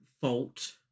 fault